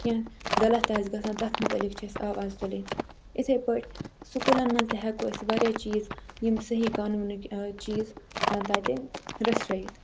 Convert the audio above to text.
کیٚنٛہہ غلط تہِ آسہِ گَژھان تتھ متعلق چھِ اَسہِ آواز تُلٕنۍ یِتھَے پٲٹھۍ سُکوٗلن منٛز تہِ ہٮ۪کو أسۍ وارِیاہ چیٖز یِم صحیح قانوٗنٕکۍ چیٖز تَتہِ رٔژھرٲیِتھ